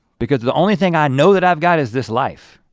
because the only thing i know that i've got is this life.